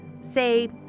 say